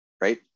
right